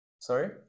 Sorry